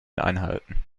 einhalten